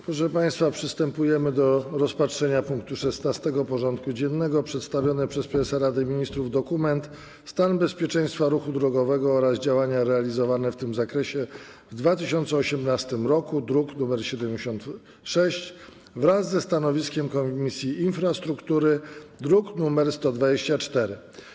Przystępujemy do rozpatrzenia punktu 16. porządku dziennego: Przedstawiony przez prezesa Rady Ministrów dokument: „Stan bezpieczeństwa ruchu drogowego oraz działania realizowane w tym zakresie w 2018 r.” (druk nr 76) wraz ze stanowiskiem Komisji Infrastruktury (druk nr 124)